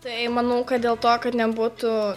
tai manau kad dėl to kad nebūtų